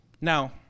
Now